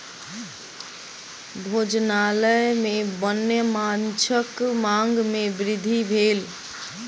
भोजनालय में वन्य माँछक मांग में वृद्धि भेल